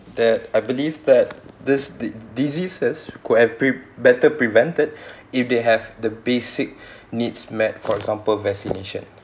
that I believe that these di~ diseases could have pre~ better prevented if they have the basic needs met for example vaccination